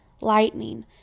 lightning